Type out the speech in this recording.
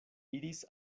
iris